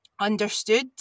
understood